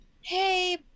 hey